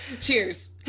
Cheers